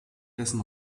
dessen